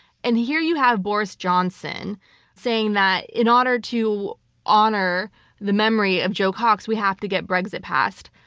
and here you have boris johnson saying that in order to honor the memory of jo cox, we have to get brexit passed.